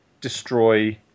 destroy